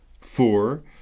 Four